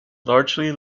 largely